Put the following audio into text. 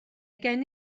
gen